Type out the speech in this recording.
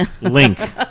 Link